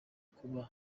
kuba